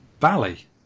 Valley